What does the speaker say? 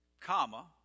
comma